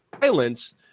violence